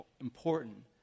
important